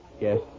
yes